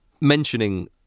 Mentioning